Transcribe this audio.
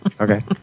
okay